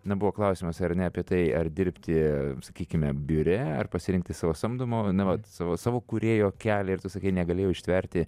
na buvo klausimas ar ne apie tai ar dirbti sakykime biure ar pasirinkti savo samdomo na vat savo savo kūrėjo kelią ir tu sakei negalėjau ištverti